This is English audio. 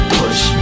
push